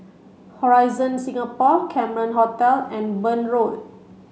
Horizon Singapore Cameron Hotel and Burn Road